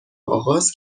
آغاز